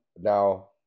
Now